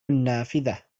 النافذة